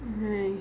mmhmm